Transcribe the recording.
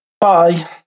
Bye